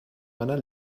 meiner